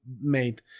made